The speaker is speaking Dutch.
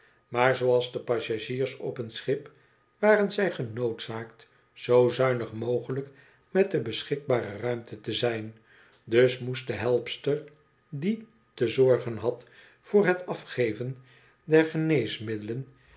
maar zooals de passagiers op een schip waren zij genoodzaakt zoo zuinig mogelijk met de beschikbare ruimte te zyn dus moest de helpster die te zorgen had voor bet afgeven